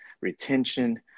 retention